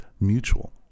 mutual